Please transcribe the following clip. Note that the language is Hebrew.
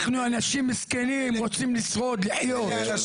אנחנו אנשים מסכנים, רוצים לשרוד, לחיות.